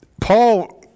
Paul